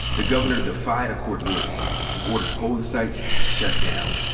the governor defied a court ruling and ordered polling sites shut down.